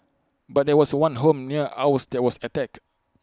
but there was one home near ours that was attacked